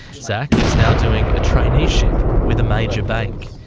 zach is now doing a traineeship with a major bank.